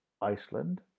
Iceland